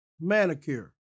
manicure